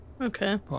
Okay